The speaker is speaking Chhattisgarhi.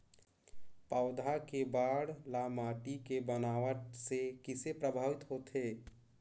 पौधा के बाढ़ ल माटी के बनावट से किसे प्रभावित होथे?